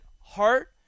heart